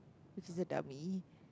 this is a dummy